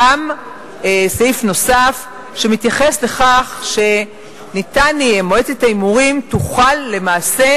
יש גם סעיף נוסף שמתייחס לכך שמועצת ההימורים תוכל למעשה